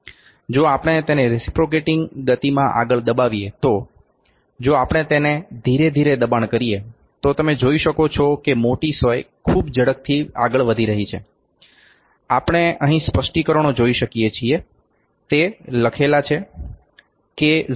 જો આપણે તેને રેસીપ્રોકેટિંગ ગતિમાં આગળ દબાવીએ તો જો આપણે તેને ધીરે ધીરે દબાણ કરીએ તો તમે જોઈ શકો છો કે મોટી સોય ખૂબ ઝડપથી આગળ વધી રહી છે આપણે અહીં સ્પષ્ટીકરણો જોઈ શકીએ છીએ કે તે લખેલાં છે કે 0